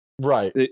Right